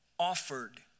Offered